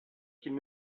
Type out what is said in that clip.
qu’ils